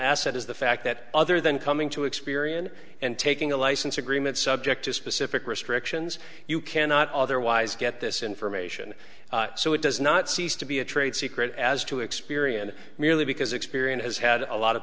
asset is the fact that other than coming to experian and taking a license agreement subject to specific restrictions you cannot otherwise get this information so it does not cease to be a trade secret as to experience merely because experience has had a lot of